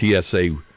TSA